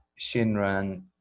Shinran